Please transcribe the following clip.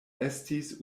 estis